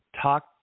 talk